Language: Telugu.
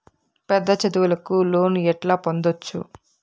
పెద్ద చదువులకు లోను ఎట్లా పొందొచ్చు